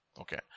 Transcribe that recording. Okay